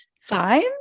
Fine